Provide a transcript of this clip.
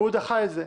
והוא דחה את זה.